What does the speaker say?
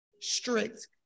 strict